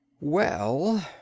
Well